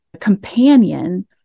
companion